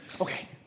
Okay